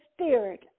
spirit